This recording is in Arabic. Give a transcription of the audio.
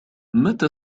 متى